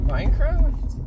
Minecraft